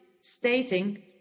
stating